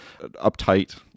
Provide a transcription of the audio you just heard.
uptight